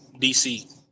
DC